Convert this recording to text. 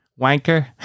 wanker